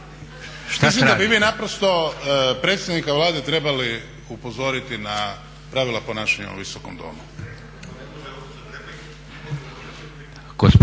Mislim da bi vi naprosto predsjednika Vlade trebali upozoriti na pravila ponašanja u ovom Visokom domu.